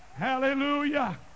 Hallelujah